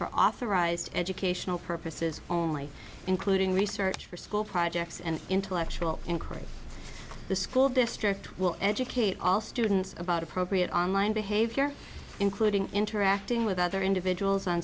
for authorized educational purposes only including research for school projects and intellectual inquiry the school district will educate all students about appropriate online behavior including interacting with other individuals on